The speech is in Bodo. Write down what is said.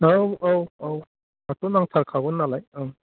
औ औ औ दाथ' नांथारखागौ नालाय